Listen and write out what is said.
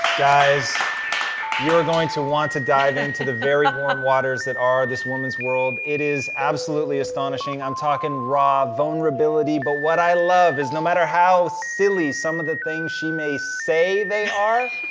guys you are going to want to dive into the very warm waters that are this woman's world. it is absolutely astonishing i'm talking raw vulnerability but what i love is no matter how silly some of the things she may say they are,